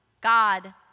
God